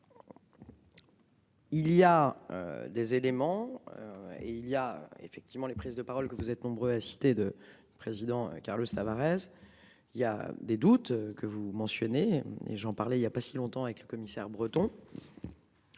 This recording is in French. Il y a des éléments. Et il y a effectivement les prises de parole que vous êtes nombreux à citer de président Carlos Alvarez. Il y a des doutes que vous mentionnez et j'en parlais il y a pas si longtemps avec le commissaire breton.